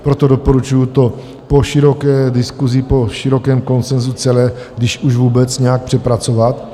Proto doporučuji to po široké diskusi, po širokém konsenzu celé když už vůbec nějak přepracovat.